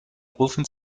rufen